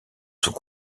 sous